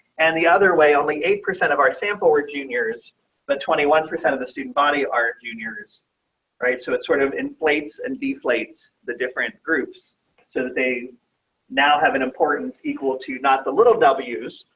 and the other way only eight percent of our sample were juniors but twenty one percent of the student body are juniors right so it sort of inflates and deflates the different groups so that they now have an important equal to not the little w's,